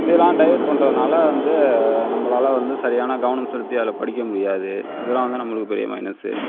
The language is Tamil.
இதலாம் டைவர்ட் பண்ணுறதுனால வந்து நம்மளால் வந்து சரியான கவனம் செலுத்தி அதில் படிக்க முடியாது இதலாம் வந்து நம்மளுக்கு பெரிய மைனஸ்